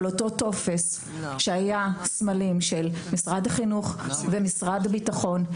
על אותו טופס שעליו היו סמלים של משרד החינוך ושל משרד הביטחון,